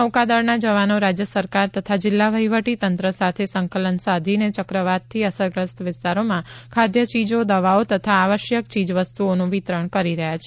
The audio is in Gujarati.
નૌકાદળના જવાનો રાજ્ય સરકાર તથા જિલ્લા વહિવટીતંત્ર સાથે સંકલન સાધીને ચક્રવાતથી અસરગ્રસ્ત વિસ્તારોમાં ખાદ્યચીજો દવાઓ તથા આવશ્યક ચીજવસ્તુઓનું વિતરણ કરી રહ્યા છે